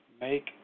make